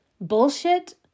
bullshit